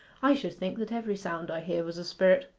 i should think that every sound i hear was a spirit.